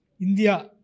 India